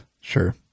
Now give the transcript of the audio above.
Sure